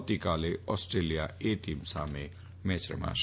આવતીકાલે Australia A team સામે match રમાશે